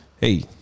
hey